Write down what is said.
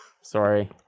Sorry